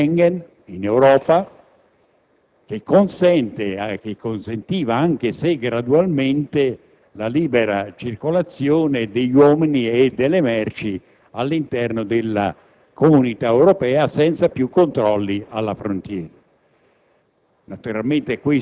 il Trattato di Schengen, in Europa, che consentiva - anche se in modo graduale - la libera circolazione degli uomini e delle merci all'interno della Comunità Europea senza più controlli alla frontiera.